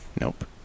Nope